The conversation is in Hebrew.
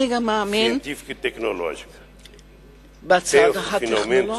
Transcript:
אני גם מאמין בצד הטכנולוגי,